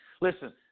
Listen